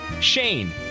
Shane